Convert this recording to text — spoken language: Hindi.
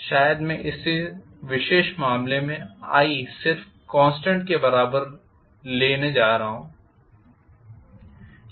शायद मैं इस विशेष मामले में सिर्फ कॉन्स्टेंट के बराबर ले जा रहा हूं